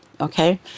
okay